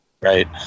right